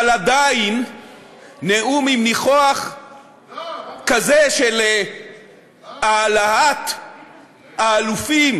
אבל עדיין נאום עם ניחוח כזה של העלאת האלופים